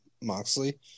Moxley